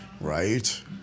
Right